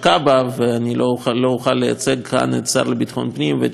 אני לא אוכל לייצג כאן את השר לביטחון פנים ואת שירותי הכבאות,